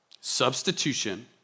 Substitution